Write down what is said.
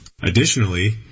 Additionally